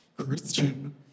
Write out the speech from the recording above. Christian